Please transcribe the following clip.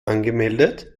angemeldet